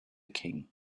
king